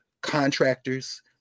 contractors